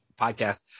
podcast